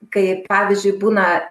kai pavyzdžiui būna